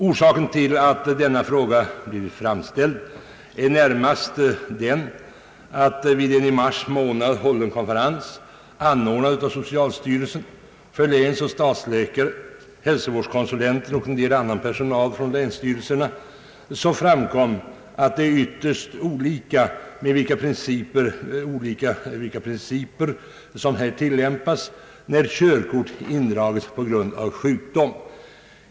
Orsaken till att denna fråga framställts är närmast den att vid en i mars månad hållen konferens, anordnad av socialstyrelsen, för länsoch stadsläkare, hälsovårdskonsulenter och en del annan personal från länsstyrelserna framkom att det är ytterst olika vilka principer som tillämpas, när körkort indrages på grund av sjukdom.